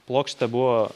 plokštė buvo